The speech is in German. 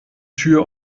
tür